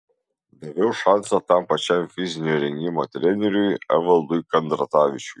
daviau šansą tam pačiam fizinio rengimo treneriui evaldui kandratavičiui